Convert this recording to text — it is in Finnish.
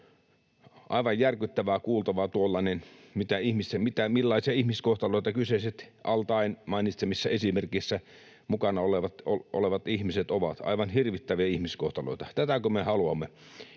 Aivan järkyttävää kuultavaa tuollainen, millaisia ihmiskohtaloita kyseiset al-Taeen mainitsemissa esimerkeissä mukana olevat ihmiset ovat, aivan hirvittäviä ihmiskohtaloita. Tätäkö me haluamme?